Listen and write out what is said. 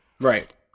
right